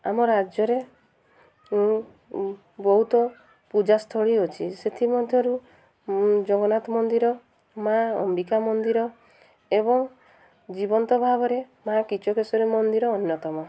ଆମ ରାଜ୍ୟରେ ବହୁତ ପୂଜାସ୍ଥଳୀ ଅଛି ସେଥିମଧ୍ୟରୁ ଜଗନ୍ନାଥ ମନ୍ଦିର ମାଁ ଅମ୍ବିକା ମନ୍ଦିର ଏବଂ ଜୀବନ୍ତ ଭାବରେ ମାଁ କିଚକେଶ୍ୱରୀ ମନ୍ଦିର ଅନ୍ୟତମ